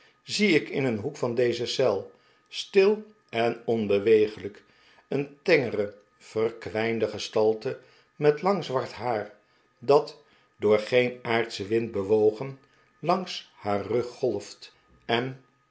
zie ik in een hoek van deze eel stil en onbeweeglijk een tengere verkwijnde gestalte met lang zwart haar dat door geen aardschen wind bewogen langs haar rug golft en